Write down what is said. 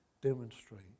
demonstrate